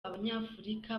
abanyafurika